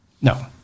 No